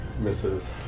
Misses